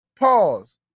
Pause